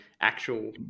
actual